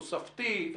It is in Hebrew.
תוספתי,